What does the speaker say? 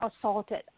assaulted